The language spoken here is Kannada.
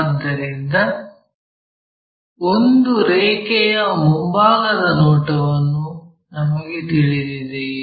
ಆದ್ದರಿಂದ ಒಂದು ರೇಖೆಯ ಮುಂಭಾಗದ ನೋಟವನ್ನು ನಮಗೆ ತಿಳಿದಿದೆಯೇ